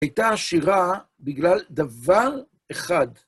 הייתה עשירה בגלל דבר אחד.